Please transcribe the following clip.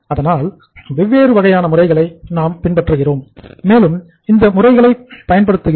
அதனால் வெவ்வேறு வகையான முறைகளை நாம் பின்பற்றுகிறோம் மேலும் அந்த முறைகளை பயன்படுத்துகிறோம்